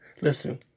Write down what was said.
Listen